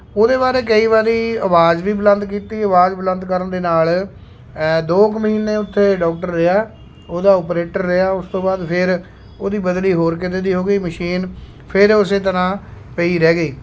ਉਹਦੇ ਬਾਰੇ ਕਈ ਵਾਰੀ ਆਵਾਜ਼ ਵੀ ਬੁਲੰਦ ਕੀਤੀ ਆਵਾਜ਼ ਬੁਲੰਦ ਕਰਨ ਦੇ ਨਾਲ਼ ਦੋ ਕੁ ਮਹੀਨੇ ਉੱਥੇ ਡੋਕਟਰ ਰਿਹਾ ਉਹਦਾ ਓਪਰੇਟਰ ਰਿਹਾ ਉਸ ਤੋਂ ਬਾਅਦ ਫਿਰ ਉਹਦੀ ਬਦਲੀ ਹੋਰ ਕਿਤੇ ਦੀ ਹੋ ਗਈ ਮਸ਼ੀਨ ਫਿਰ ਉਸੇ ਤਰ੍ਹਾਂ ਪਈ ਰਹਿ ਗਈ